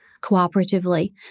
cooperatively